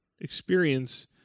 experience